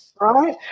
right